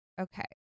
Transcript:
okay